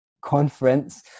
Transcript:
conference